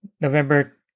November